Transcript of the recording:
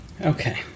Okay